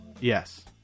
Yes